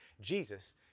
Jesus